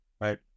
Right